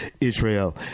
Israel